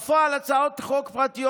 הממוצע החודשי של כמות הצעות החוק הפרטיות